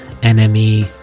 NME